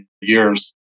years